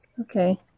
Okay